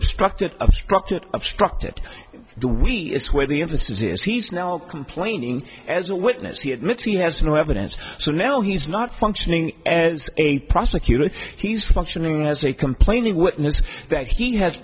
obstructed obstructed obstructed the we is where the emphasis is he's now complaining as a witness he admits he has no evidence so now he's not functioning as a prosecutor he's functioning as a complaining witness that he has